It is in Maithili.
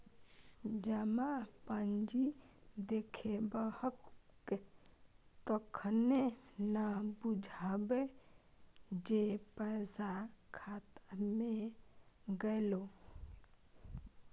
जमा पर्ची देखेबहक तखने न बुझबौ जे पैसा खाता मे गेलौ